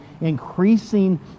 increasing